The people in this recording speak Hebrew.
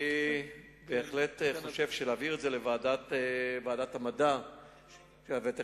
אני בהחלט חושב שיש להעביר את זה לוועדת המדע והטכנולוגיה,